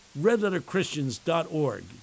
redletterchristians.org